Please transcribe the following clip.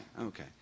okay